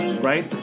right